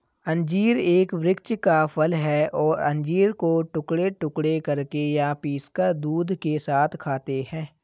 अंजीर एक वृक्ष का फल है और अंजीर को टुकड़े टुकड़े करके या पीसकर दूध के साथ खाते हैं